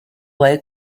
low